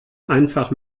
einfach